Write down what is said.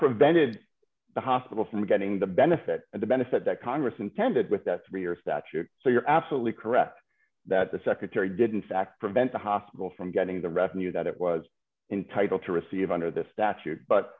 prevented the hospital from getting the benefit and the benefit that congress intended with that three year statute so you're absolutely correct that the secretary did in fact prevent the hospital from getting the revenue that it was entitled to receive under this statute but